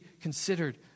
considered